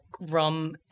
rum